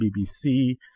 BBC